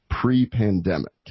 pre-pandemic